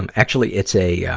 um actually, it's a, yeah